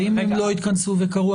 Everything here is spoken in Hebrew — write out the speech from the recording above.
ואם הם לא יתכנסו ויקרו?